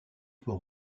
peut